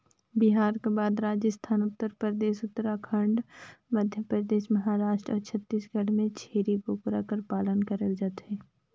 बिहार कर बाद राजिस्थान, उत्तर परदेस, उत्तराखंड, मध्यपरदेस, महारास्ट अउ छत्तीसगढ़ में छेरी बोकरा कर पालन करल जाथे